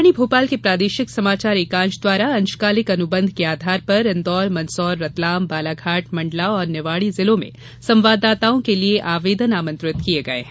आकाशवाणी भोपाल के प्रादेशिक समाचार एकांश द्वारा अंशकालिक अनुबंध के आधार पर इन्दौर मंदसौर रतलाम बालाघाट मंडला और निवाड़ी जिलों में संवाददाताओं के लिये आवेदन आमंत्रित किये गये हैं